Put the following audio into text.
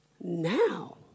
now